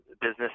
business